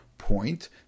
point